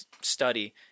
study